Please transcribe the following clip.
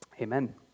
Amen